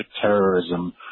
terrorism